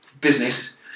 business